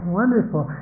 wonderful